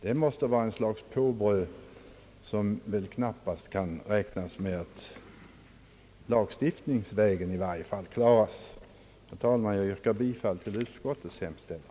Detta slags påbröd kan knappast klaras lagstiftningsvägen. Herr talman! Jag yrkar bifall till utskottets hemställan.